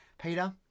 Peter